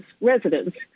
residents